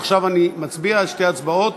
עכשיו אני מצביע שתי הצבעות,